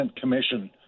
commission